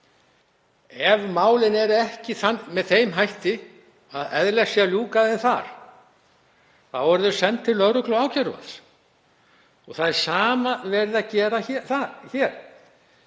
Ef málin eru ekki með þeim hætti að eðlilegt sé að ljúka þeim þar þá eru þau send til lögreglu og ákæruvalds. Það sama er verið að gera hér.